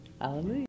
hallelujah